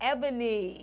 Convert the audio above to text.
Ebony